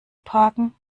parken